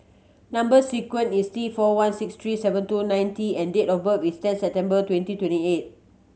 number sequence is T four one six three seven two nine T and date of birth is ten September twenty twenty eight